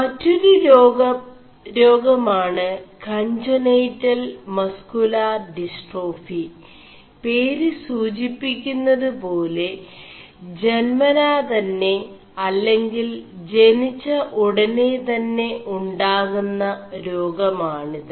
മൊരു േപശീ യ േരാഗമാണ് കൺജM്നçടൽ മസ് ുലാർ ഡിസ്േ4ടാഫി േപര് സൂചിçി ുMതുേപാെല ജøനാതെM അെ ിൽ ജനിg ഉടെന തെM ഉാകുM േരാഗമാണിത്